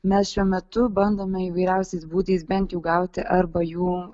mes šiuo metu bandome įvairiausiais būdais bent jau gauti arba jų